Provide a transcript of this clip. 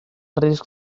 risc